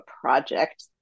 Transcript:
project